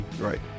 Right